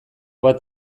bat